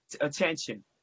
attention